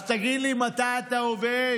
אז תגיד לי, מתי אתה עובד,